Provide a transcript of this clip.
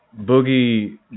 boogie